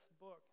book